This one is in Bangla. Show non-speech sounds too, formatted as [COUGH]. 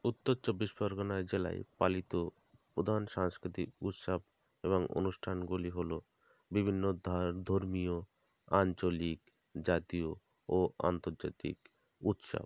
উত্তর চব্বিশ পরগনা জেলায় পালিত প্রধান সাংস্কৃতিক উৎসব এবং অনুষ্ঠানগুলি হলো বিভিন্ন [UNINTELLIGIBLE] ধর্মীয় আঞ্চলিক জাতীয় ও আন্তর্জাতিক উৎসব